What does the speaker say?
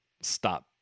stop